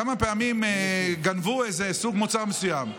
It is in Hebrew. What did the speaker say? כמה פעמים גנבו איזה סוג מוצר מסוים?